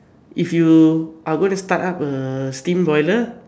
if you are going to start up a steam boiler